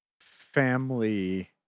family